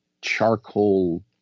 charcoal